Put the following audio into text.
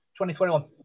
2021